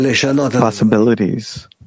possibilities